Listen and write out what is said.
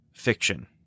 fiction